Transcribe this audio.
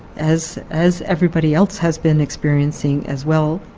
as as everybody else has been experiencing as well,